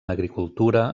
agricultura